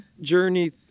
journey